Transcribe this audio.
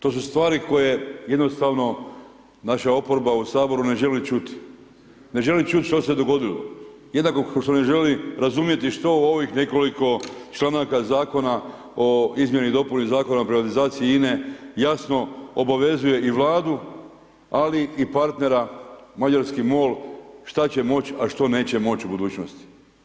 To su stvari koje jednostavno naša oporba u HS ne želi čuti, ne žali čuti što se dogodilo, jednako kao što ne želi razumjeti što u ovih nekoliko članaka Zakona o izmjeni i dopuni Zakona o privatizaciji INA-e jasno obavezuje i Vladu, ali i partnera mađarski MOL šta će moć, a što neće moć u budućnosti.